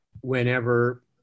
whenever